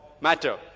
matter